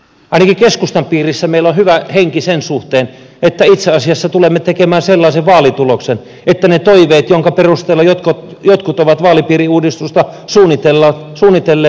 ainakin keskustan piirissä meillä on hyvä henki sen suhteen että itse asiassa tulemme tekemään sellaisen vaalituloksen että ne toiveet joiden perusteella jotkut ovat vaalipiiriuudistusta suunnitelleet eivät kyllä tule toteutumaan